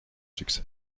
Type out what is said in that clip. succès